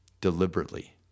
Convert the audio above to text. deliberately